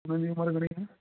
हुननि जी उमिरि घणी आहे